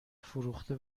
فروخته